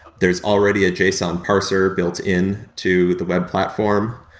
there is already a json parser built in to the web platform,